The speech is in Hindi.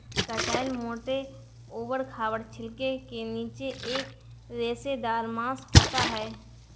कटहल मोटे, ऊबड़ खाबड़ छिलके के नीचे एक रेशेदार मांस होता है